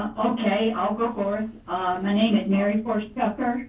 okay i'll go forth, my name is mary forrest turker,